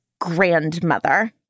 grandmother